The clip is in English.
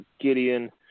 Gideon